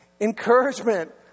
Encouragement